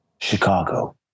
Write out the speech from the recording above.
Chicago